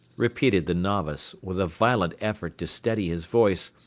repeated the novice, with a violent effort to steady his voice,